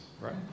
right